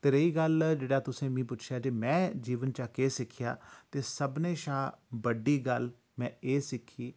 ते रेही गल्ल जेह्ड़ा तुसें मिगी पुच्छेआ जे में जीवन चा केह् सिक्खेआ ते सब्भनें शां बड्डी गल्ल में एह सिक्खी